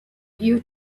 you